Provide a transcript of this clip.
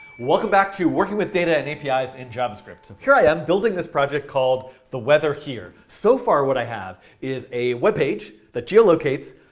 welcome back to working with data and apis in javascript. so here i am building this project called the weather here. so far what i have is a web page that geolocates,